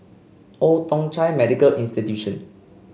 Old Thong Chai Medical Institution